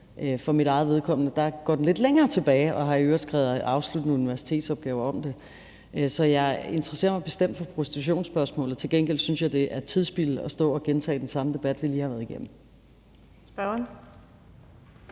For mit eget vedkommende går den lidt længere tilbage, og jeg har i øvrigt skrevet afsluttende universitetsopgave om det, så jeg interesserer mig bestemt for prostitutionsspørgsmålet. Til gengæld synes jeg, det er tidsspilde at stå og gentage den samme debat, vi lige har været gennem.